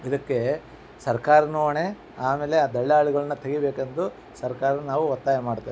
ಇದಕ್ಕೇ ಸರ್ಕಾರನೂ ಹೊಣೆ ಆಮೇಲೆ ಆ ದಲ್ಲಾಳಿಗಳ್ನ ತೆಗಿಬೇಕೆಂದು ಸರ್ಕಾರ ನಾವು ಒತ್ತಾಯ ಮಾಡ್ತೇವೆ